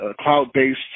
cloud-based